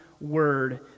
word